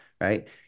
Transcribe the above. right